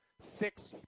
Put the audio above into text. Six